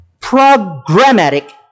programmatic